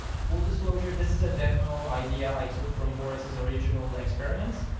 full disclosure, this is a demo idea i took from boris's original experiments.